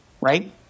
Right